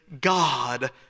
God